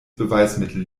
beweismittel